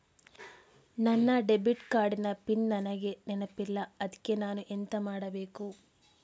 ನನ್ನ debit card ನ PIN ನನಗೆ ನೆನಪಿಲ್ಲ ಅದ್ಕೆ ನಾನು ಎಂತ ಮಾಡಬೇಕು?